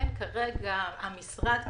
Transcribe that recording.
כרגע המשרד כרשות,